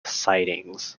sidings